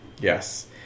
Yes